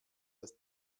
das